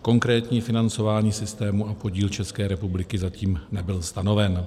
Konkrétní financování systému a podíl České republiky zatím nebyl stanoven.